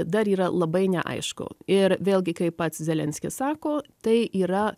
dar yra labai neaišku ir vėlgi kaip pats zelenskis sako tai yra